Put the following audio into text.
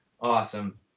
Awesome